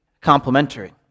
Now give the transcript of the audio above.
complementary